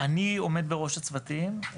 אני עומד בראש הצוותים.